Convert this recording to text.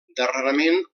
darrerament